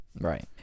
right